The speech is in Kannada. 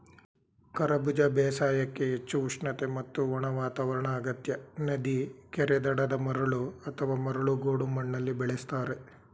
ಕರಬೂಜ ಬೇಸಾಯಕ್ಕೆ ಹೆಚ್ಚು ಉಷ್ಣತೆ ಮತ್ತು ಒಣ ವಾತಾವರಣ ಅಗತ್ಯ ನದಿ ಕೆರೆ ದಡದ ಮರಳು ಅಥವಾ ಮರಳು ಗೋಡು ಮಣ್ಣಲ್ಲಿ ಬೆಳೆಸ್ತಾರೆ